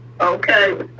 Okay